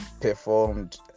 performed